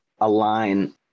align